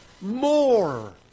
more